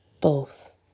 Both